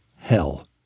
hell